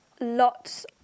lots